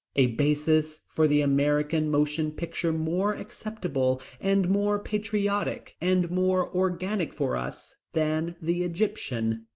a basis for the american motion picture more acceptable, and more patriotic, and more organic for us than the egyptian.